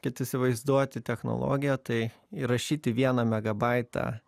kad įsivaizduoti technologiją tai įrašyti vieną megabaitą